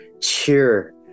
Cheer